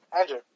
Andrew